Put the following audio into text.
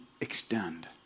extend